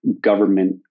government